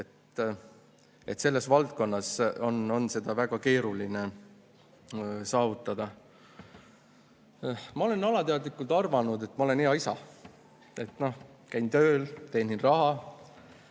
selles valdkonnas on seda väga keeruline saavutada. Ma olen alateadlikult arvanud, et ma olen hea isa: käin tööl, teenin raha,